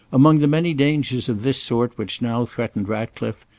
among the many dangers of this sort which now threatened ratcliffe,